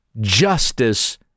justice